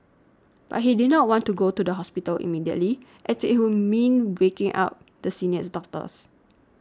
but he did not want to go to the hospital immediately as it would mean waking up the seniors doctors